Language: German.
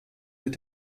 mit